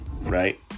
Right